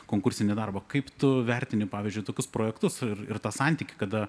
konkursinį darbą kaip tu vertini pavyzdžiui tokius projektus ir tą santykį kada